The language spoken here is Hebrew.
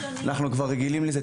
אנחנו כבר רגילים לזה.